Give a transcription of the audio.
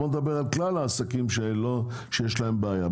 אני מציע שנדבר על כלל העסקים שיש להם בעיה.